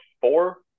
four